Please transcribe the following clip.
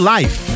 Life